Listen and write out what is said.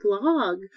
blog